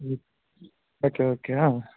okay okay